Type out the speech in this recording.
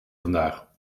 vandaag